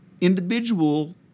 individual